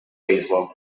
baseball